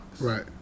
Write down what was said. Right